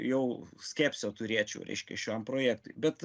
jau skepsio turėčiau reiškia šiam projektui bet